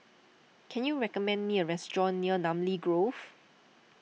can you recommend me a restaurant near Namly Grove